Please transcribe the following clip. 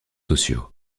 sociaux